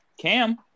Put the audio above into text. Cam